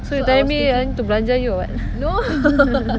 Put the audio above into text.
so you telling me I want to belanja you or what